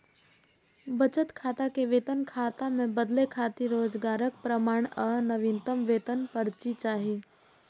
बचत खाता कें वेतन खाता मे बदलै खातिर रोजगारक प्रमाण आ नवीनतम वेतन पर्ची चाही